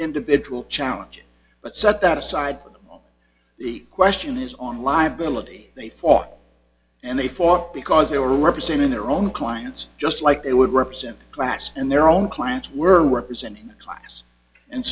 individual challenge it but set that aside the question is on liability they fought and they fought because they were representing their own clients just like they would represent class and their own clients were